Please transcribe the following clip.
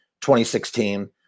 2016